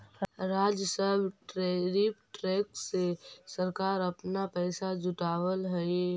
राजस्व tariff tax से सरकार अपना पैसा जुटावअ हई